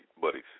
buddies